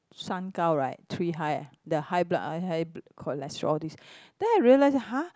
三高 right three high the high blood high cholesterol all this then I realised !huh!